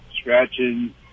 scratching